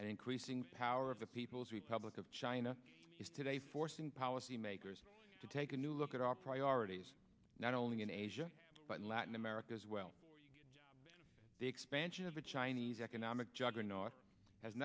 and increasing power of the people's republic of china is today forcing policy makers to take a new look at our priorities not only in asia but in latin america as well the expansion of the chinese economic jugg